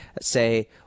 say